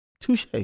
touche